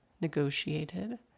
negotiated